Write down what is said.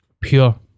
pure